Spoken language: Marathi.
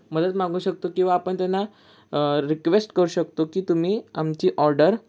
मदत मागू शकतो किंवा आपण त्यांना रिक्वेस्ट करू शकतो की तुम्ही आमची ऑर्डर